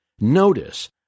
notice